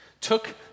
took